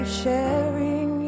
sharing